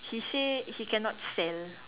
he say he cannot sell